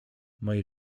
moje